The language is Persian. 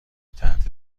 تحت